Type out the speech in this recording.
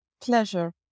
pleasure